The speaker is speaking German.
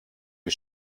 wie